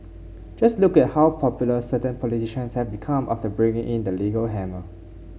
just look at how popular certain politicians have become after bringing in the legal hammer